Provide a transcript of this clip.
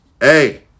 Hey